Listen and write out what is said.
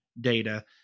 data